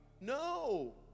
No